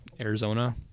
Arizona